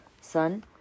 Son